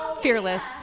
Fearless